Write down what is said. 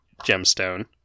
gemstone